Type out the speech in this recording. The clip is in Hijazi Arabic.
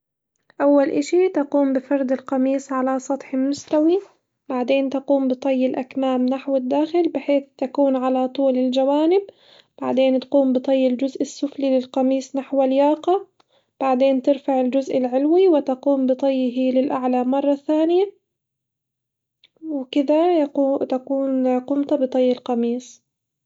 أول إشي تقوم بفرد القميص على سطح مستوي بعدين تقوم بطي الأكمام نحو الداخل بحيث تكون على طول الجوانب بعدين تقوم بطي الجزء السفلي للقميص نحو الياقة، بعدين ترفع الجزء العلوي وتقوم بطيه للأعلى مرة ثانية وكدا يكو- تكون قمت بطي القميص.